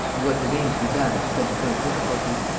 and what remained to be done presented no difficulty.